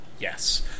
Yes